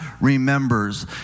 remembers